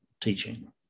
teaching